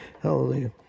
Hallelujah